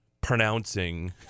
pronouncing